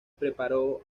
preparó